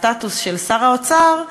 בסטטוס של שר האוצר,